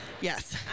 Yes